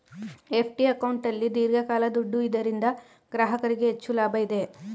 FD ಅಕೌಂಟಲ್ಲಿ ದೀರ್ಘಕಾಲ ದುಡ್ಡು ಇದರಿಂದ ಗ್ರಾಹಕರಿಗೆ ಹೆಚ್ಚು ಲಾಭ ಇದೆ